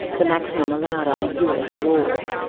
the maximum allowed under us law.